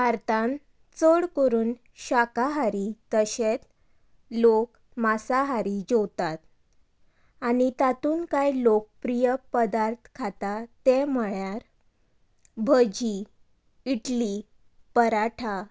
भारतांत चड करून शाकाहारी तशेंच लोक मांसाहारी जेवतात आनी तातूंत कांय लोकप्रीय पदार्थ खाता ते म्हळ्यार भजी इडली पराठा